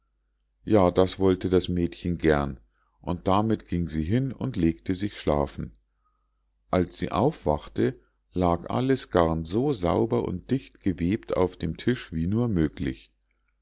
ja das wollte das mädchen gern und damit ging sie hin und legte sich schlafen als sie aufwachte lag alles garn so sauber und dicht gewebt auf dem tisch wie nur möglich